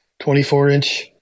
24-inch